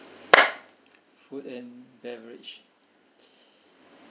food and beverage